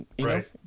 Right